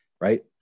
right